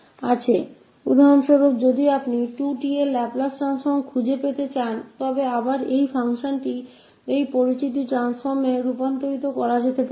तो हम यहाँ उदाहरण के लिए है अगर यदि आप 2𝑡 का लाप्लास ट्रांसफॉर्म निकलना चाहते है फिर से यह फंक्शन को इस ज्ञात ट्रांसफॉर्म मे बदला जा सकता है